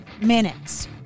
minutes